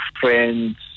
friends